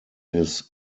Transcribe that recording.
his